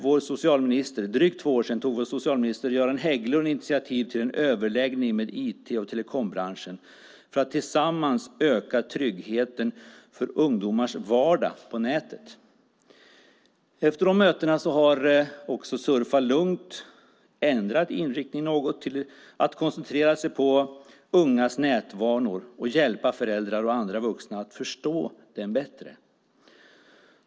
För drygt två år sedan tog vår socialminister Göran Hägglund initiativ till en överläggning med IT och telekombranschen för att öka tryggheten för ungdomars vardag på nätet. Efter de mötena har också Surfa Lugnt ändrat inriktning något till att koncentrera sig på ungas nätvanor och hjälpa föräldrar och andra vuxna att förstå dem bättre.